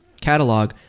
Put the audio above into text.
catalog